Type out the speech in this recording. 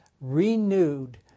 renewed